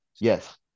yes